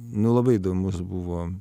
nu labai įdomus buvo